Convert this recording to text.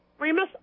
Remus